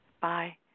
Bye